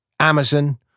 Amazon